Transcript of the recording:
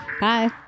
bye